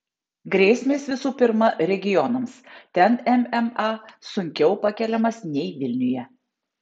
grėsmės visų pirma regionams ten mma sunkiau pakeliamas nei vilniuje